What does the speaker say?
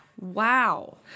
Wow